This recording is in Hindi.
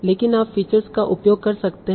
लेकिन आप फीचर्स का उपयोग कर सकते हैं